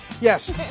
Yes